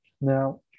Now